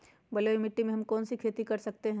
बलुई मिट्टी में हम कौन कौन सी खेती कर सकते हैँ?